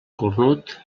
cornut